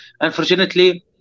Unfortunately